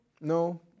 no